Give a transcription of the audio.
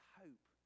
hope